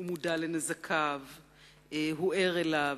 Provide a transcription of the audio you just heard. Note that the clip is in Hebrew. הוא מודע לנזקיו, הוא ער אליו,